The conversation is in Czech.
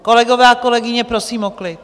Kolegové a kolegyně, prosím o klid!